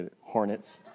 hornets